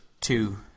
two